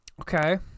Okay